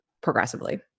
progressively